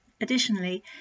Additionally